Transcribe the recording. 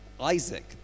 Isaac